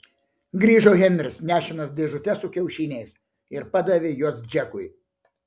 grįžo henris nešinas dėžute su kiaušiniais ir padavė juos džekui